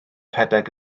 rhedeg